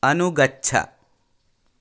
अनुगच्छ